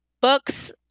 Books